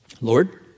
Lord